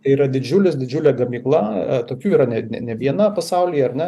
yra didžiulis didžiulė gamykla tokių yra ne ne ne viena pasauly ar ne